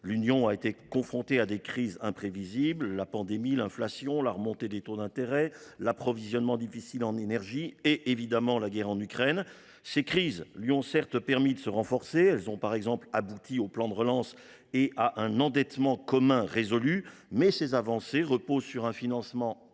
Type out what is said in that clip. a été confrontée à des crises imprévisibles : la pandémie, l’inflation, la remontée des taux d’intérêt, l’approvisionnement difficile en énergie et évidemment la guerre en Ukraine. Ces crises lui ont certes permis de se renforcer – elles ont par exemple abouti au plan de relance et à un endettement commun résolu –, mais ces avancées reposent sur un financement instable,